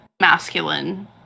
masculine